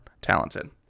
talented